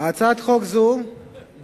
לדברים פוגעניים